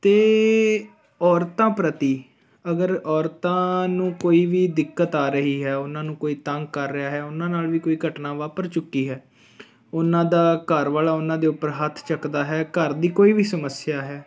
ਅਤੇ ਔਰਤਾਂ ਪ੍ਰਤੀ ਅਗਰ ਔਰਤਾਂ ਨੂੰ ਕੋਈ ਵੀ ਦਿੱਕਤ ਆ ਰਹੀ ਹੈ ਉਹਨਾਂ ਨੂੰ ਕੋਈ ਤੰਗ ਕਰ ਰਿਹਾ ਹੈ ਉਹਨਾਂ ਨਾਲ ਵੀ ਕੋਈ ਘਟਨਾ ਵਾਪਰ ਚੁੱਕੀ ਹੈ ਉਹਨਾਂ ਦਾ ਘਰ ਵਾਲਾ ਉਹਨਾਂ ਦੇ ਉੱਪਰ ਹੱਥ ਚੱਕਦਾ ਹੈ ਘਰ ਦੀ ਕੋਈ ਵੀ ਸਮੱਸਿਆ ਹੈ